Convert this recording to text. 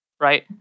right